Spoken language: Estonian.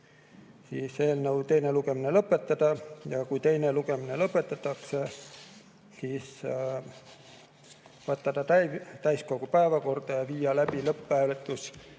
eelnõu teine lugemine lõpetada ja kui teine lugemine lõpetatakse, siis võtta eelnõu täiskogu päevakorda ja viia läbi lõpphääletus